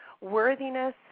worthiness